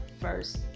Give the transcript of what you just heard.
first